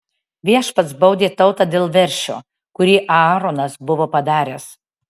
viešpats baudė tautą dėl veršio kurį aaronas buvo padaręs